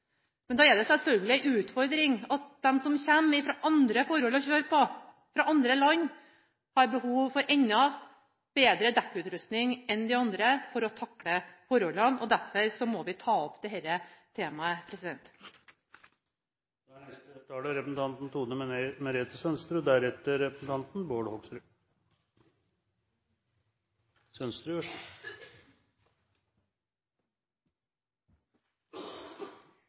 Men da er det selvfølgelig en utfordring at de som er vant til andre forhold å kjøre på, som kommer fra andre land, har behov for enda bedre dekkutrustning enn oss for å takle forholdene. Derfor må vi ta opp dette temaet. En kommentar til Fredriksens innlegg: Jeg vet ikke helt om jeg skjønte det,